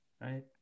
Right